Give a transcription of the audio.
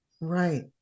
Right